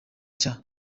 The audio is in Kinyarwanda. cya